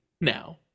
now